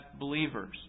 believers